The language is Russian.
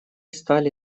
стали